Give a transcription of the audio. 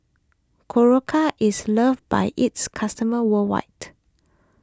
Berocca is loved by its customers worldwide